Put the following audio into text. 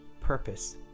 purpose